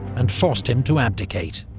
and forced him to abdicate.